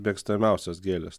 mėgstamiausios gėlės